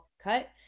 cut